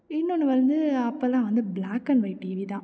இன்னொன்று வந்து அப்போல்லாம் வந்து பிளாக் அண்ட் ஒய்ட் டிவி தான்